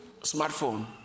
smartphone